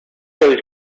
shows